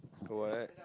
what